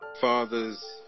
father's